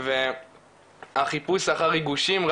והחיפוש אחר ריגושים,